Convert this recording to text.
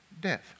death